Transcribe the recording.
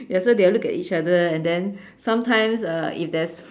ya so they'll look at each other and then sometimes uh if there's